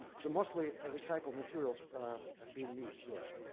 so mostly ah recycled materials have been used there.